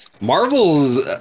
Marvel's